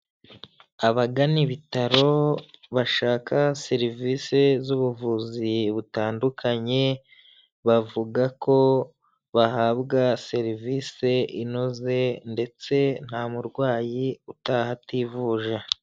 Abagana ibitaro bashaka serivisi z'ubuvuzi butandukanye, bavuga ko bahabwa serivisi inoze ndetse nta murwayi utaha ativuje.